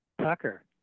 Tucker